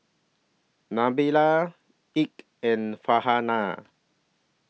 Nabila Eka and Farhanah